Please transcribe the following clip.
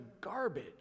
garbage